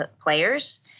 players